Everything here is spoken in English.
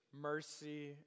mercy